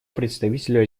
представителю